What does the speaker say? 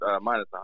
minus